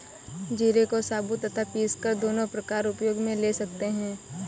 जीरे को साबुत तथा पीसकर दोनों प्रकार उपयोग मे ले सकते हैं